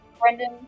Brendan